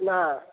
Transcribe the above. ନା